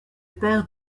père